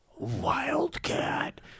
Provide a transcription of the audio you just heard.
Wildcat